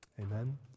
Amen